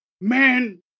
Man